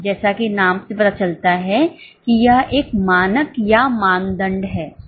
जैसा कि नाम से पता चलता है कि यह एक मानक या मानदंड है